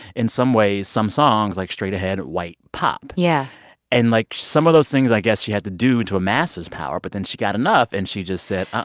in some ways, some songs, like, straight-ahead white pop yeah and, like, some of those things, i guess, she had to do to amass this power. but then she got enough. and she just said,